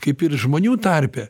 kaip ir žmonių tarpe